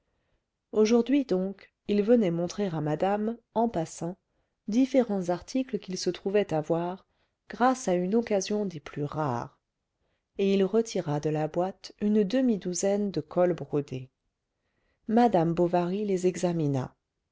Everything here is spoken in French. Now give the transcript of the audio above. aujourd'hui donc il venait montrer à madame en passant différents articles qu'il se trouvait avoir grâce à une occasion des plus rares et il retira de la boîte une demidouzaine de cols brodés madame bovary les examina